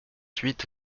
huit